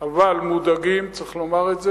אבל מודאגים, צריך לומר את זה.